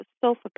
sofa